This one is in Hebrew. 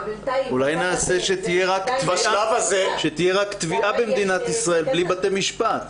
אולי נעשה שתהיה רק תביעה במדינת ישראל בלי בתי משפט.